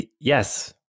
Yes